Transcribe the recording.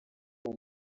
uwo